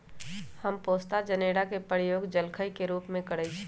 हम पोस्ता जनेरा के प्रयोग जलखइ के रूप में करइछि